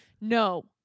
no